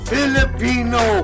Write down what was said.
Filipino